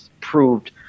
proved